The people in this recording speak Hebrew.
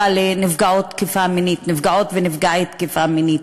לנפגעות תקיפה מינית, נפגעות ונפגעי תקיפה מינית.